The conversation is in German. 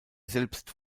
selbst